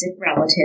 relative